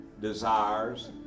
desires